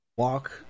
walk